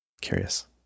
curious